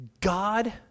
God